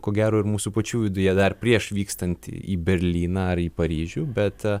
ko gero ir mūsų pačių viduje dar prieš vykstant į berlyną ar į paryžių bet